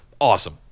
awesome